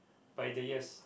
by the years